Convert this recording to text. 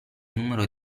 numero